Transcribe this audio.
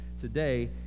today